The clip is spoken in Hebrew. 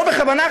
לא בכוונה,